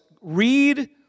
read